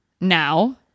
now